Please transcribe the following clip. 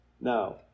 now